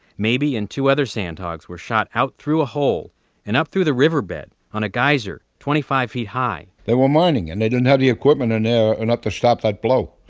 mabey and two other sandhogs were shot out through a hole and up through the river bed on a geyser twenty five feet high they were mining and they didn't have the equipment in there and enough to stop that blow.